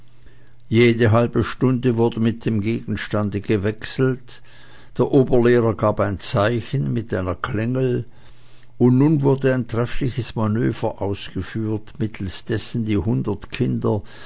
jede halbe stunde wurde mit dem gegenstande gewechselt der oberlehrer gab ein zeichen mit einer klingel und nun wurde ein treffliches manöver ausgeführt mittelst dessen die hundert kinder